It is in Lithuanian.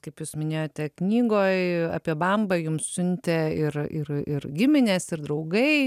kaip jūs minėjote knygoj apie bambą jums siuntė ir ir ir giminės ir draugai